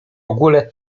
ogóle